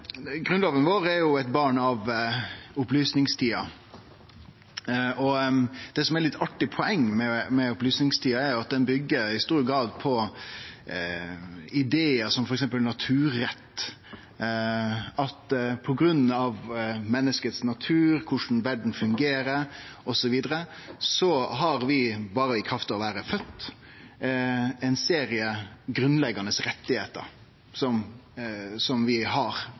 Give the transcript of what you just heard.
vår er jo eit barn av opplysningstida. Eit litt artig poeng med opplysningstida er at ho i stor grad byggjer på idear som f.eks. naturrett. På grunn av menneskenaturen, korleis verda fungerer, osv., har vi i kraft av berre å vere fødde ein serie